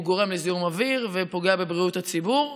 גורם לזיהום אוויר ופוגע בבריאות הציבור,